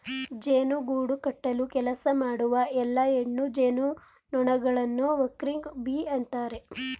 ಜೇನು ಗೂಡು ಕಟ್ಟಲು ಕೆಲಸ ಮಾಡುವ ಎಲ್ಲಾ ಹೆಣ್ಣು ಜೇನುನೊಣಗಳನ್ನು ವರ್ಕಿಂಗ್ ಬೀ ಅಂತರೆ